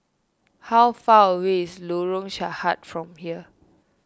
how far away is Lorong Sahad from here